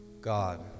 God